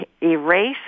erase